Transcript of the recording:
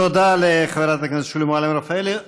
תודה לחברת הכנסת שולי מועלם-רפאלי.